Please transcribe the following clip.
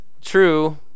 true